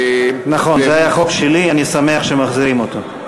נכון, זה היה חוק שלי, אני שמח שמחזירים אותו.